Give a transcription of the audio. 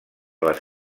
les